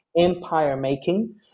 empire-making